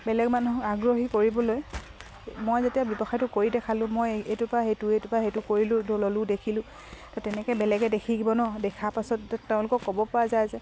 বেলেগ মানুহক আগ্ৰহী কৰিবলৈ মই যেতিয়া ব্যৱসায়টো কৰি দেখালোঁ মই এইটোৰপা সেইটো এইটোৰপা সেইটো কৰিলোঁ ল'লোঁ দেখিলোঁ তো তেনেকে বেলেগে দেখিব ন দেখাৰ পাছত তেওঁলোকক ক'ব পৰা যায় যে